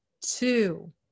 two